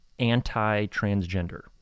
anti-transgender